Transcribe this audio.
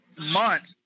months